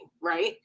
right